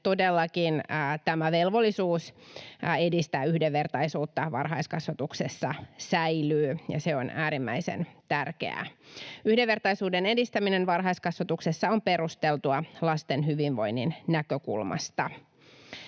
Todellakin tämä velvollisuus edistää yhdenvertaisuutta varhaiskasvatuksessa säilyy, ja se on äärimmäisen tärkeää. Yhdenvertaisuuden edistäminen varhaiskasvatuksessa on perusteltua lasten hyvinvoinnin näkökulmasta.